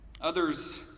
Others